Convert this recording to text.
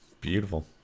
Beautiful